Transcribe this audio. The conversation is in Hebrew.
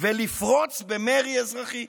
ולפרוץ במרי אזרחי.